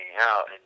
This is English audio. out